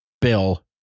Bill